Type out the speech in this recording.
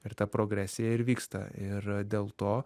ir ta progresija ir vyksta ir dėl to